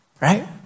right